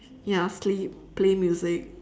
ya sleep play music